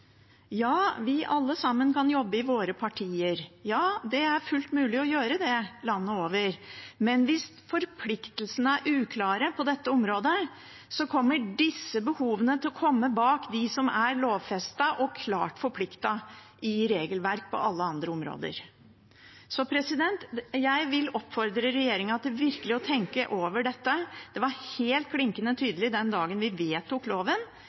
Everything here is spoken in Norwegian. Ja, alle sammen kan jobbe i sine partier. Ja, det er fullt mulig å gjøre det landet over. Men hvis forpliktelsene er uklare på dette området, kommer disse behovene til å komme bak dem som er lovfestet og klart forpliktet i regelverk på alle andre områder. Jeg vil oppfordre regjeringen til virkelig å tenke over dette. Det var helt klinkende tydelig den dagen vi vedtok loven,